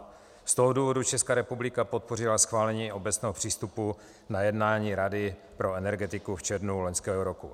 Z toho důvodu Česká republika podpořila schválení obecného přístupu na jednání Rady pro energetiku v červnu loňského roku.